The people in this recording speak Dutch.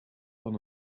van